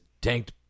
Tanked